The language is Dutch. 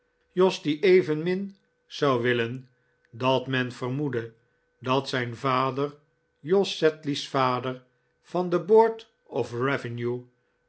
jos die evenmin zou willen dat men vermoedde dat zijn vader jos sedley's vader van de board of